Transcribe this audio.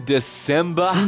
December